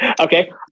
Okay